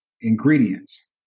ingredients